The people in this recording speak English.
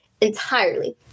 entirely